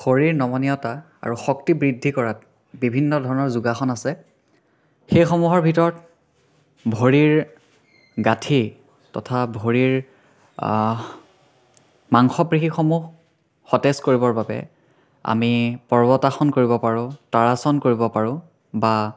শৰীৰ নমনীয়তা আৰু শক্তি বৃদ্ধি কৰাত বিভিন্ন ধৰণৰ যোগাসন আছে সেইসমূহৰ ভিতৰত ভৰিৰ গাঁঠি তথা ভৰিৰ মাংস পেশীসমূহ সতেজ কৰিবৰ বাবে আমি পৰ্বতাসন কৰিব পাৰোঁ তাৰাসন কৰিব পাৰোঁ বা